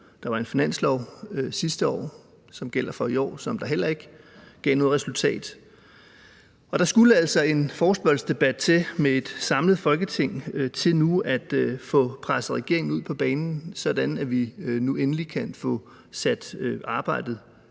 Der var en finanslov sidste år, som gælder for i år, som heller ikke gav noget resultat, og der skulle altså en forespørgselsdebat til med et samlet Folketing for at få presset regeringen ud på banen, sådan at vi nu endelig kan få sat arbejdet